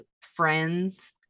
friends